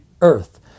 earth